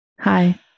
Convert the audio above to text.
Hi